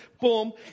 boom